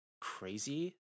crazy